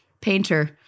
painter